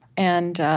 and